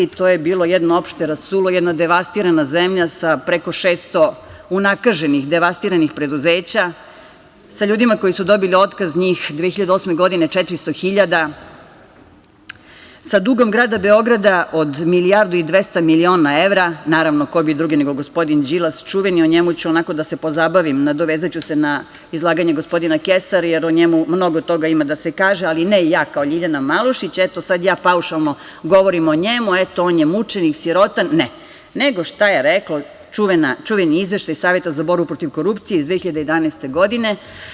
To je bilo jedno opšte rasulo, jedna devastirana zemlja sa preko 600 unakaženih, devastiranih preduzeća sa ljudima koji su dobili otkaz njih 2008. godine, 400.000, sa dugom grada Beograda od 1.200.000.000 evra, naravno, ko bi drugi nego gospodin Đilas, čuveni, o njemu ću onako da se pozabavim, nadovezaću se na izlaganje gospodina Kesar, jer o njemu mnogo toga ima da se kaže, ali ne ja kao LJiljana Malušić, eto, sad ja paušalno govorim o njemu, eto on je mučenik, sirotan, ne, nego šta je rekao čuveni Izveštaj Saveta za borbu protiv korupcije iz 2011. godine.